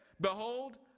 Behold